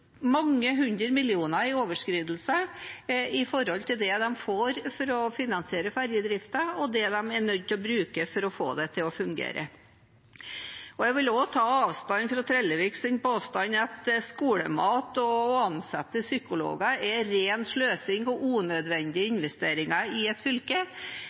mange hundre millioner i overskridelser i forhold til det de får for å finansiere ferjedriften, og det de er nødt til å bruke for å få det til å fungere. Jeg vil også ta avstand fra Trelleviks påstand om at skolemat og ansatte psykologer er ren sløsing og unødvendige investeringer i et fylke.